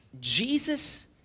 Jesus